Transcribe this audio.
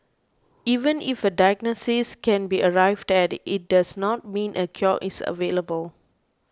even if a diagnosis can be arrived at it does not mean a cure is available